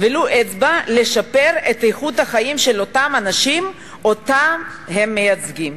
אצבע לשפר את איכות החיים של אותם אנשים שאותם הם מייצגים?